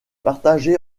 partagée